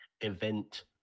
event